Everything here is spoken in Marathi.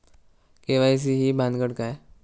के.वाय.सी ही भानगड काय?